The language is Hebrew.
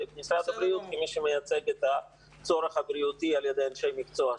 ומשרד הבריאות כמי שמייצג את הצורך הבריאותי על ידי אנשי מקצוע שלו.